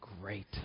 great